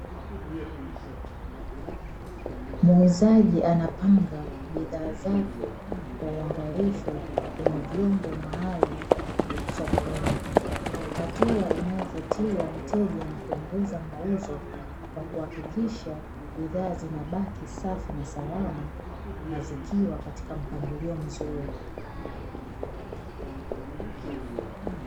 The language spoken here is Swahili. Muuzaji anapanga bidhaa zake kwa uangalifu kwenye vyombo maalumu sokoni, hatua inayovutia wateja na kuongeza mauzo kwa kuhakikisha bidhaa zinabaki safi na salama, na zikiwa katika mpangilio mzuri.